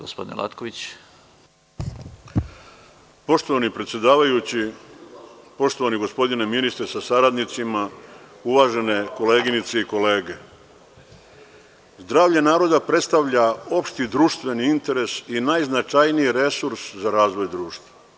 Poštovani predsedavajući, poštovani gospodine ministre sa sardnicima, uvažene koleginice i kolege, zdravlje narodna predstavlja opšti društveni interes i najznačajniji resurs za razvoj društva.